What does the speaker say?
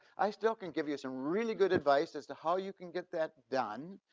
i still can give you some really good advice as to how you can get that done,